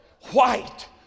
white